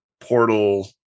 portal